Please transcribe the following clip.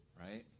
right